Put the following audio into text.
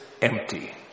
empty